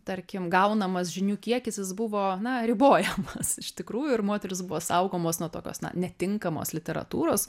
tarkim gaunamas žinių kiekis jis buvo na ribojamas iš tikrųjų ir moterys buvo saugomos nuo tokios netinkamos literatūros